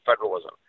federalism